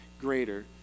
greater